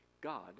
God